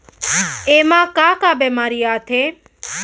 एमा का का बेमारी आथे?